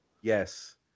Yes